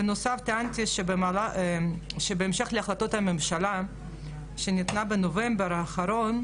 בנוסף טענתי שבהמשך להחלטת הממשלה שניתנה בנובמבר האחרון,